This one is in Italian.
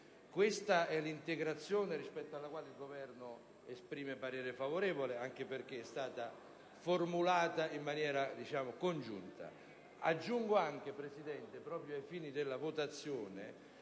Questa è l'integrazione, sulla quale il Governo esprime parere favorevole, anche perché è stata formulata congiuntamente con i presentatori. Aggiungo anche, Presidente, proprio ai fini della votazione,